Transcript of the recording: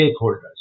stakeholders